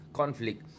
conflict